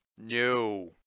No